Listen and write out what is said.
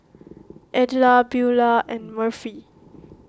Edla Beulah and Murphy